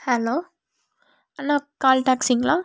hello hello call டேக்சிங்களா